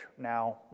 now